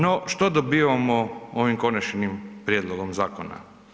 No što dobivamo ovim konačnim prijedlogom zakona?